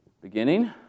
beginning